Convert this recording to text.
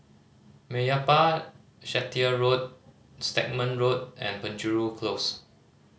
Meyappa Chettiar Road Stagmont Road and Penjuru Close